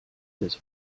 des